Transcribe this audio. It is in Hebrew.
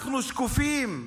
שקופים,